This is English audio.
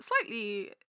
slightly